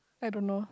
I don't know